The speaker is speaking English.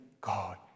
God